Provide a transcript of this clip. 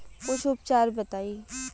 कुछ उपचार बताई?